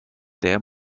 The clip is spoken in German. der